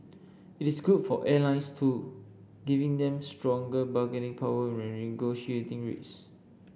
it is good for airlines too giving them stronger bargaining power when negotiating rates